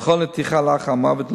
בכל נתיחה לאחר המוות,